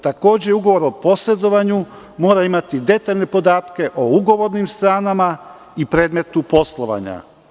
Takođe ugovor o posredovanju mora imati detaljne podatke o ugovornim stranama i predmetu poslavanja.